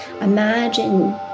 Imagine